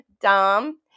Dom